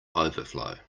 overflow